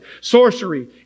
sorcery